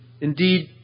Indeed